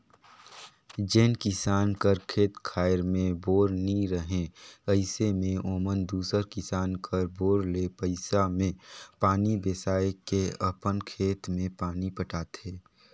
जेन किसान कर खेत खाएर मे बोर नी रहें अइसे मे ओमन दूसर किसान कर बोर ले पइसा मे पानी बेसाए के अपन खेत मे पानी पटाथे